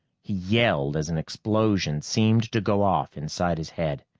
he yelled as an explosion seemed to go off inside his head.